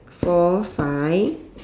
four five